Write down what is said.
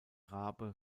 rabe